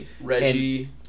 Reggie